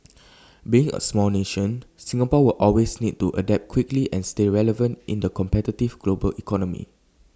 being A small nation Singapore will always need to adapt quickly and stay relevant in the competitive global economy